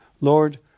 Lord